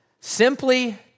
Simply